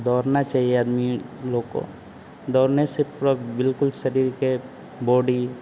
दौड़ना चाहिए आदमी लोग को दौड़ने से प्रोब बिल्कुल शरीर के बोडी